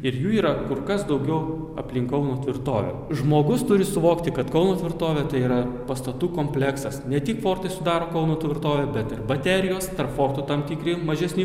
ir jų yra kur kas daugiau aplink kauno tvirtovę žmogus turi suvokti kad kauno tvirtovė tai yra pastatų kompleksas ne tik fortai sudaro kauno tvirtovę bet ir baterijos tarp fortų tam tikri mažesni